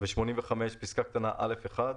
85(א1)